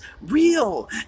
real